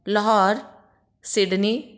Lahore Sydney